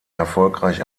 erfolgreich